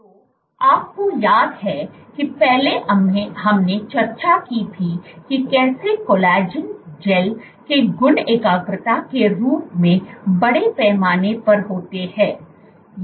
तो आपको याद है कि पहले हमने चर्चा की थी कि कैसे कोलेजन जैल के गुण एकाग्रता के रूप में बड़े पैमाने पर होते हैं